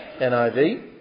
NIV